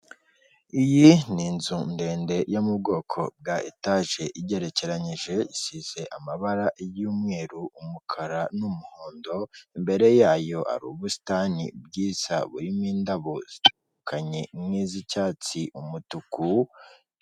Iyi ni inzu ndende yo mu bwoko bwa etaje igeranije, isize amabara y'umweru umukara n'umuhondo, imbere yayo hari ubusitani bwiza burimo indabo zitandukanye n'izicyztsi, umutuku.